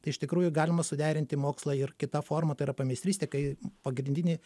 tai iš tikrųjų galima suderinti mokslą ir kita forma tai yra pameistrystė kai pagrindiniai